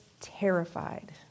terrified